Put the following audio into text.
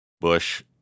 Bush